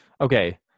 Okay